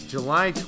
July